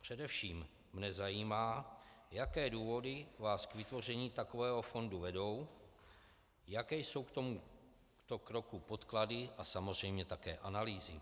Především mne zajímá, jaké důvody vás k vytvoření takového fondu vedou, jaké jsou k tomuto kroku podklady a samozřejmě také analýzy.